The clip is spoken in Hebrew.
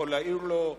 יכול להעיר לו,